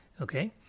okay